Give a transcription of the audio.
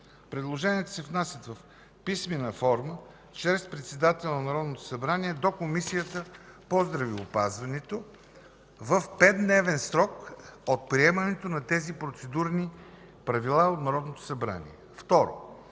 Предложенията се внасят в писмена форма чрез председателя на Народното събрание до Комисията по здравеопазването в 5-дневен срок от приемането на тези процедурни правила от Народното събрание. 2.